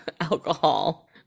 alcohol